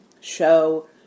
show